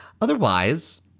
Otherwise